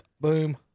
Boom